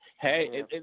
Hey